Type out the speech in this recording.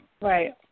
Right